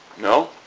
No